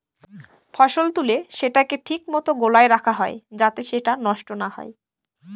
ফসল তুলে সেটাকে ঠিক মতো গোলায় রাখা হয় যাতে সেটা নষ্ট না হয়